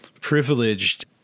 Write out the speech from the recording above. privileged